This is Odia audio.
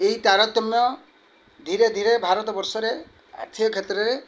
ଏହି ତାରତମ୍ୟ ଧୀରେ ଧୀରେ ଭାରତବର୍ଷରେ ଆର୍ଥିକ କ୍ଷେତ୍ରରେ